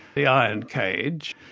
the iron cage,